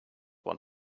want